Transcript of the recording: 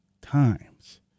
times